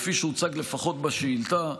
כפי שהוצג לפחות בשאילתה,